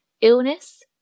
illness